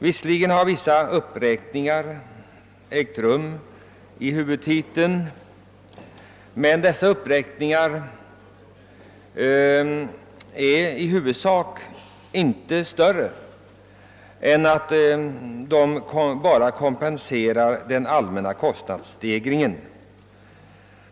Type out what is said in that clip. Visserligen har vissa uppräkningar gjorts i huvudtiteln, men dessa uppräkningar är i huvudsak inte större än att de bara motsvarar den allmänna kostnadsstegringen.